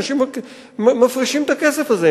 אנשים מפרישים את הכסף הזה,